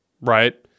right